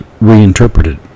reinterpreted